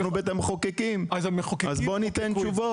אנחנו בית המחוקקים אז בואו ניתן תשובות.